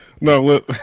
No